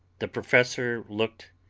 the professor looked